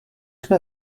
jsme